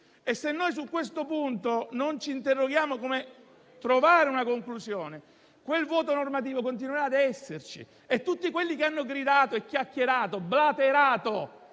un vuoto normativo. Se non ci interroghiamo su come trovare una conclusione, quel vuoto normativo continuerà ad esserci. E tutti quelli che hanno gridato, chiacchierato, blaterato